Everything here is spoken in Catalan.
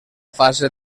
fase